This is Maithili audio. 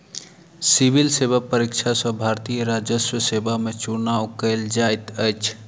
सिविल सेवा परीक्षा सॅ भारतीय राजस्व सेवा में चुनाव कयल जाइत अछि